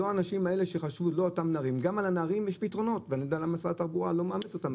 גם לגבי הנערים יש פתרונות ואני לא יודע למה משרד התחבורה לא מאמץ אותם.